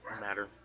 matter